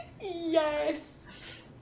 Yes